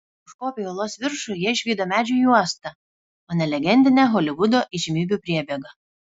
užkopę į uolos viršų jie išvydo medžių juostą o ne legendinę holivudo įžymybių priebėgą